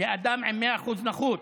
לאדם עם 100% נכות.